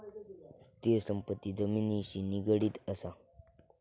स्थिर संपत्ती जमिनिशी निगडीत असा